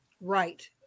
Right